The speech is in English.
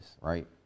right